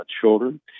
children